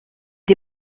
des